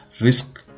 risk